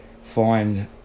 find